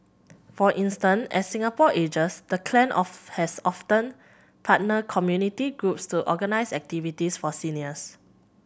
for instance as Singapore ages the clan of has often partnered community groups to organise activities for seniors